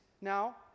now